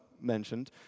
mentioned